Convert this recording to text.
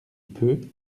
peut